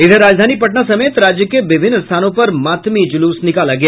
इधर राजधानी पटना समेत राज्य के विभिन्न स्थानों पर मातमी जुलूस निकाला गया